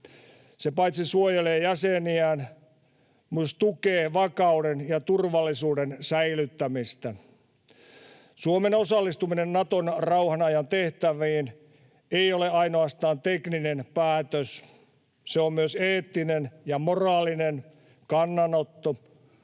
Se paitsi suojelee jäseniään myös tukee vakauden ja turvallisuuden säilyttämistä. Suomen osallistuminen Naton rauhan ajan tehtäviin ei ole ainoastaan tekninen päätös, se on myös eettinen ja moraalinen kannanotto